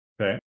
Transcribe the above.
Okay